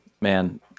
Man